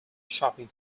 shopping